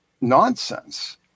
nonsense